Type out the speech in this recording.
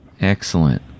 Excellent